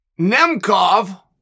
Nemkov